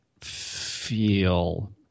feel